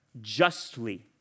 justly